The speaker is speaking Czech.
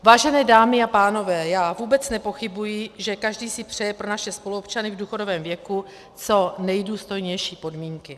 Vážené dámy a pánové, já vůbec nepochybuji, že každý si přeje pro naše spoluobčany v důchodovém věku co nejdůstojnější podmínky.